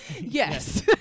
yes